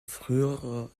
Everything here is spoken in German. früherer